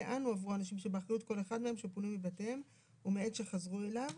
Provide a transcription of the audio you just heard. לאן הועברו האנשים שבאחריות כל אחד מהם שפונו מביתם ומעת שחזרו אליו.